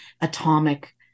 atomic